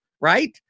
right